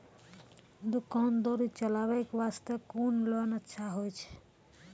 दुकान दौरी चलाबे के बास्ते कुन लोन अच्छा होय छै?